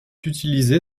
utilisé